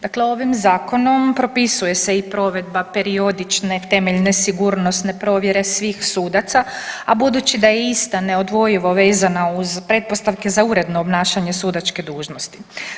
Dakle ovim Zakonom propisuje se i provedba periodične temeljne sigurnosne provjere svih sudaca, a budući da je ista neodvojivo vezana uz pretpostavke za uredno obnašanje sudačke dužnosti.